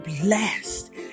blessed